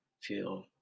feel